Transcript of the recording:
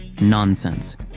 Nonsense